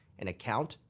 an account,